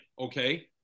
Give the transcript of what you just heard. okay